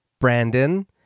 Brandon